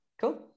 Cool